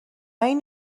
این